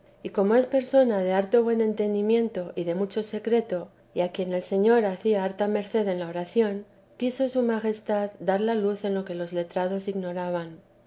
y como es persona de harto buen entendimiento y de mucho secreto y a quien el señor hacía harta merced en la oración quiso su majestad darla luz en lo que los letrados ignoraban